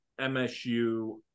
MSU